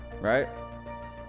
right